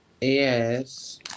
Yes